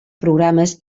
programes